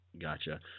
Gotcha